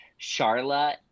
charla